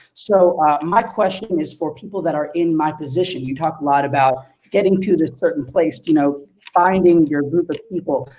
so my question is for people that are in my position. you talk a lot about getting to this certain place, you know finding your group of people,